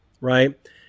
right